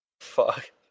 Fuck